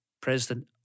President